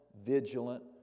vigilant